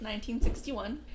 1961